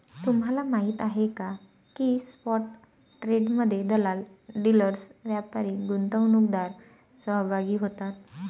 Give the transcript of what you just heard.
तुम्हाला माहीत आहे का की स्पॉट ट्रेडमध्ये दलाल, डीलर्स, व्यापारी, गुंतवणूकदार सहभागी होतात